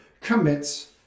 commits